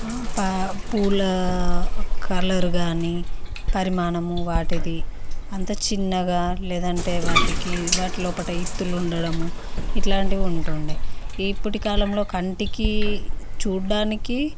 పూల కలర్ కానీ పరిమాణము వాటిది అంత చిన్నగా లేదంటే వాటికి వాటి లోపట విత్తులు ఉండడము ఇట్లాంటివు ఉంటూ ఉండే ఇప్పటి కాలంలో కంటికి చూడడానికి